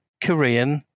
Korean